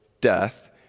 death